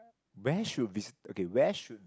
where should okay where should